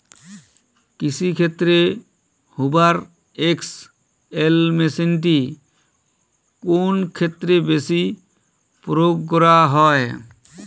কৃষিক্ষেত্রে Hoover XL মেশিনটি কোন ক্ষেত্রে বেশি প্রয়োগ করা হয়?